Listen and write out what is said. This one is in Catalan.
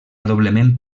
doblement